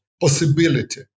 possibility